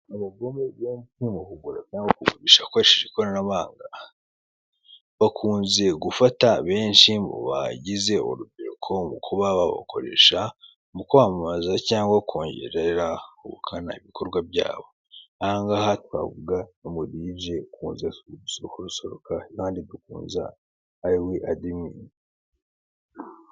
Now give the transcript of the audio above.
Abahagarariye emutiyeni hirya no hino mu gihugu, baba bafite aho babarizwa bagaragaza ibirango by'iryo shami bakorera rya emutiyeni, bakagira ibyapa bamanika kugira ngo bigaragaze igiciro umuntu acibwa agiye kohererereza undi amafaranga kandi bakagira n'ikayi bandikamo umwirondoro w'uwaje abagana.